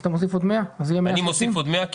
אז אתה מוסיף עוד 100. אני מוסיף עוד 100 כי